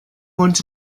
want